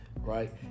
right